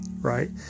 right